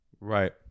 Right